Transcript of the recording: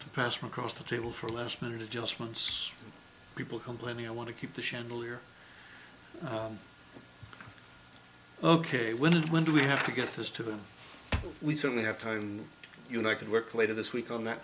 each pass from across the table for last minute adjustments people complaining i want to keep the chandelier ok when when do we have to get this to them we certainly have time you know i could work later this week on that